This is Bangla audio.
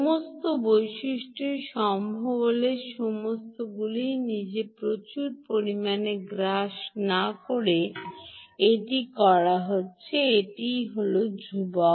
সমস্ত বৈশিষ্ট্যই সম্ভব হবে সমস্তগুলি নিজেই প্রচুর পরিমাণে গ্রাস না করে এটি করা হচ্ছে এবং এটিই হল ধ্রুবক